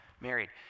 married